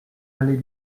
allée